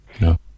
No